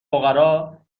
فقرا